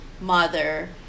mother